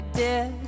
dead